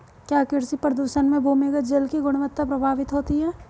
क्या कृषि प्रदूषण से भूमिगत जल की गुणवत्ता प्रभावित होती है?